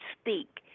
speak